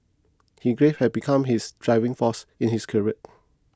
his grief had become his driving force in his career